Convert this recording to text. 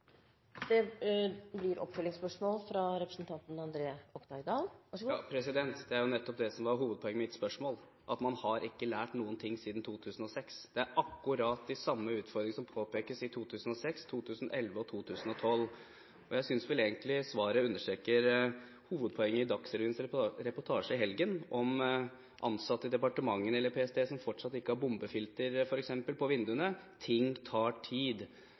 Det er jo nettopp det som var hovedpoenget i mitt spørsmål, at man ikke har lært noen ting siden 2006. Det er akkurat de samme utfordringene som påpekes i 2006, i 2011 og i 2012. Jeg synes vel egentlig svaret understreker hovedpoenget i Dagsrevyens reportasje i helgen om ansatte i departementene eller PST som fortsatt ikke har bombefilter på vinduene. Ting tar tid,